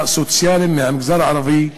מהמגזר הערבי הוא,